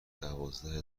دوازده